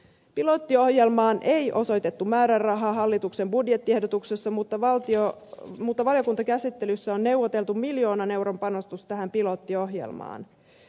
pilottiohjelmaan ei osoitettu määrärahaa hallituksen budjettiehdotuksessa mutta valiokuntakäsittelyssä on neuvoteltu miljoonan euron panostus tähän pilottiohjelmaan